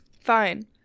fine